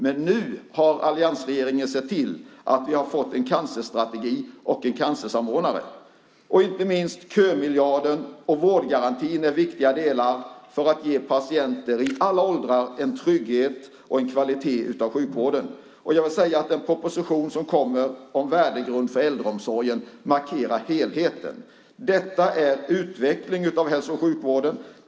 Men nu har alliansregeringen sett till att vi har fått en cancerstrategi och en cancersamordnare. Inte minst kömiljarden och vårdgarantin är viktiga delar för att ge patienter i alla åldrar en trygghet och en kvalitet när det gäller sjukvården. Och jag vill säga att den proposition som kommer om värdegrund för äldreomsorgen markerar helheten. Detta är en utveckling av hälso och sjukvården.